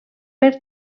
per